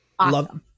Love